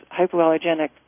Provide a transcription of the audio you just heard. hypoallergenic